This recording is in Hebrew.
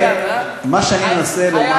מה שאני מנסה לומר,